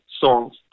songs